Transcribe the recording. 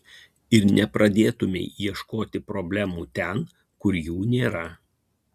ir nepradėtumei ieškoti problemų ten kur jų nėra